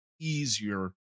easier